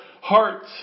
hearts